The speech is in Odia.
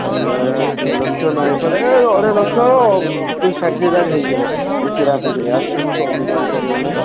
ଆଜ୍ଞା ତିନି ଲକ୍ଷ ନାହିଁ ପରା ଅଢ଼େଇ ଲକ୍ଷ ଦୁଇ ଷାଠିଏ ହଜାର ହୋଇଯିବ ଆ ଠାରୁ ତ ଅଧିକା ହୋଇପାରିବନି